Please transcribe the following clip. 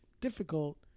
Difficult